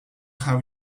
have